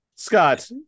Scott